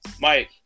Mike